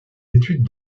études